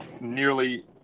nearly